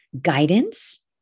guidance